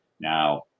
now